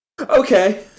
Okay